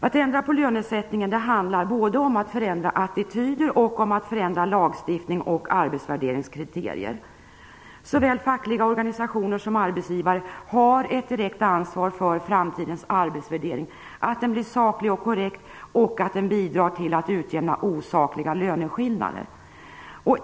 Att ändra på lönesättningen handlar både om att förändra attityder och om att förändra lagstiftning och arbetsvärderingskriterier. Såväl fackliga organisationer som arbetsgivare har ett direkt ansvar för att framtidens arbetsvärdering blir saklig och korrekt och att den bidrar till att utjämna osakliga löneskillnader.